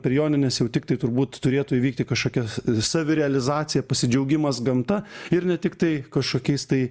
per jonines jau tiktai turbūt turėtų įvykti kažkokios savirealizacija pasidžiaugimas gamta ir ne tiktai kažkokiais tai